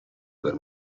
per